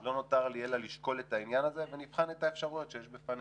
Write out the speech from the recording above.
לא נותר לי אלא לשקול את העניין הזה ונבחן את האפשרויות שיש בפנינו.